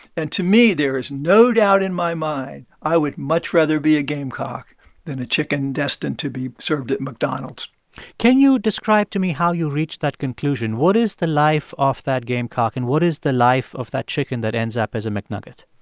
and to me, there is no doubt in my mind i would much rather be a gamecock than a chicken destined to be served at mcdonald's can you describe to me how you reached that conclusion? what is the life of that gamecock? and what is the life of that chicken that ends up as a mcnugget?